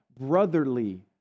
brotherly